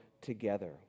together